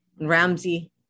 Ramsey